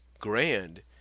grand